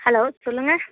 hello சொல்லுங்கள்